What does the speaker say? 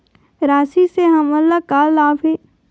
राशि से हमन ला का लाभ हे?